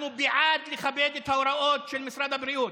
אנחנו בעד לכבד את ההוראות של משרד הבריאות,